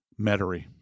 Metairie